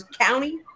county